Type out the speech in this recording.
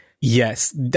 yes